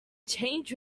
changed